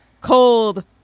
cold